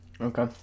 Okay